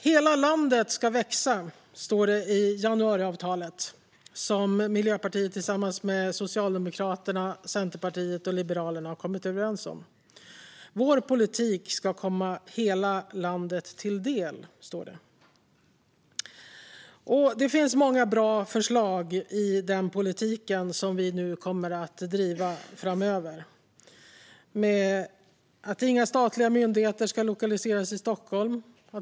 "Hela landet ska växa", står det i januariavtalet, som Miljöpartiet har kommit överens om med Socialdemokraterna, Centerpartiet och Liberalerna. "Vår politik ska komma hela landet till del", står det. Det finns många bra förslag i den politik som vi nu kommer att driva framöver. Inga statliga myndigheter ska lokaliseras till Stockholm.